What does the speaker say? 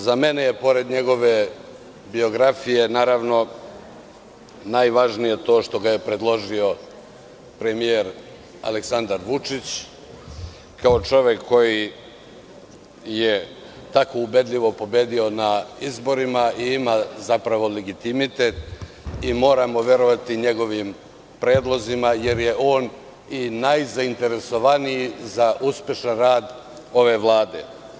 Za mene je, pored njegove biografije, najvažnije to što ga je predložio premijer Aleksandar Vučić kao čovek koji je tako ubedljivo pobedio na izborima i ima legitimitet i moramo verovati njegovim predlozima, jer je on i najzainteresovaniji za uspešan rad ove Vlade.